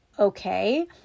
Okay